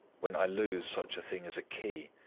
when i lose such a thing as a key,